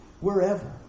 wherever